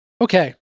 Okay